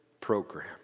program